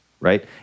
right